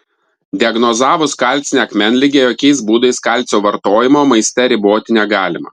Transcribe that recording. diagnozavus kalcinę akmenligę jokiais būdais kalcio vartojimo maiste riboti negalima